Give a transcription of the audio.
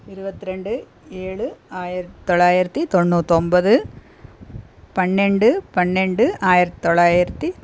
இருபத்து ரெண்டு ஏழு ஆயிரத்தி தொள்ளாயிரத்தி தொண்ணூத்தொன்பது பன்னெண்டு பன்னெண்டு ஆயிரத்தி தொள்ளாயிரத்தி